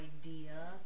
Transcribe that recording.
idea